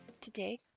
Today